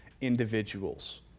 individuals